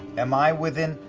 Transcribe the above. am i within,